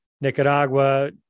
Nicaragua